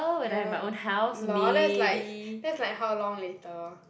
ya lah lol that's like that's like how long later